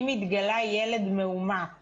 אם התגלה ילד מאומת